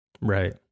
right